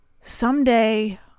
someday